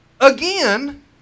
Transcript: again